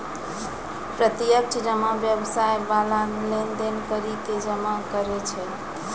प्रत्यक्ष जमा व्यवसाय बाला लेन देन करि के जमा करै छै